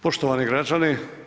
Poštovani građani.